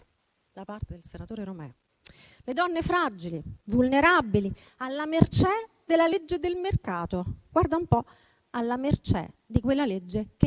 da parte del senatore Romeo. Donne fragili, vulnerabili e alla mercé della legge del mercato: guarda un po', alla mercé di quella legge che